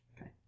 Okay